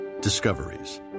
Discoveries